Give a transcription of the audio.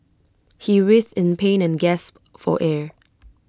he writhed in pain and gasped for air